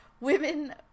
Women